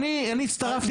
המדינה לא אמרה.